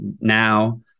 now